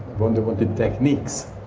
wanted wanted techniques.